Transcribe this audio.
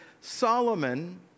Solomon